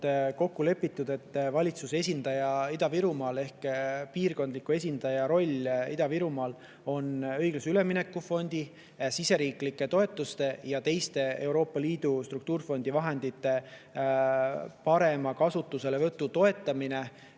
kokku lepitud, et valitsuse esindaja ehk piirkondliku esindaja roll Ida-Virumaal on õiglase ülemineku fondi, siseriiklike toetuste ja teiste Euroopa Liidu struktuurifondide vahendite parema kasutuselevõtu toetamine